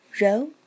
row